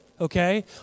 okay